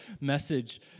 message